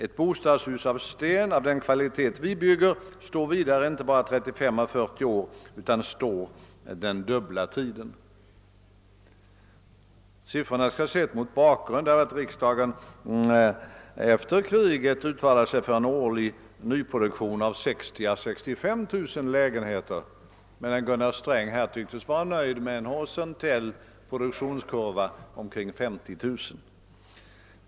Ett bostadshus av sten, av den kvalitet vi bygger, står vidare inte bara 35 å 40 år, utan det står den dubbla tiden.> Siffrorna skall ses mot bakgrund av att riksdagen efter kriget uttalade sig för en årlig nyproduktion av 60 000 å 65 000 lägenheter, medan herr Sträng här tycktes vara nöjd med en horisontell produktionskurva på omkring 50 000.